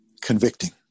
convicting